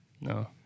No